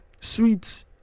sweets